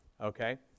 okay